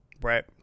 Right